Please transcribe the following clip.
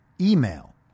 email